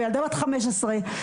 וילדה בת חמש עשרה,